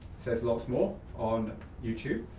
says lottsmore on youtube,